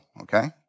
okay